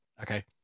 okay